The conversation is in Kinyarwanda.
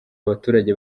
abaturage